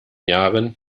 jahren